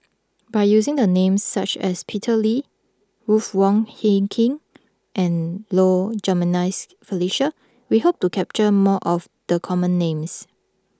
by using names such as Peter Lee Ruth Wong Hie King and Low Jimenez Felicia we hope to capture more of the common names